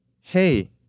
hey